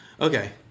Okay